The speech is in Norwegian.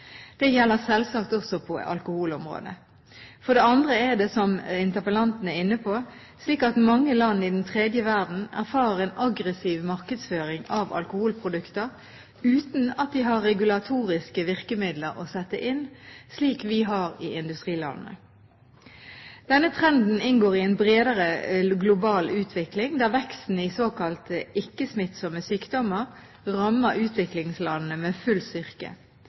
Det gjelder selvsagt også på alkoholområdet. For det andre er det, som interpellanten er inne på, slik at mange land i den tredje verden erfarer en aggressiv markedsføring av alkoholprodukter uten at de har regulatoriske virkemidler å sette inn, slik vi har i industrilandene. Denne trenden inngår i en bredere global utvikling, der veksten i såkalte ikke-smittsomme sykdommer rammer utviklingslandene med full styrke.